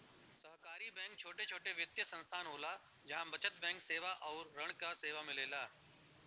सहकारी बैंक छोट छोट वित्तीय संस्थान होला जहा बचत बैंक सेवा आउर ऋण क सेवा मिलेला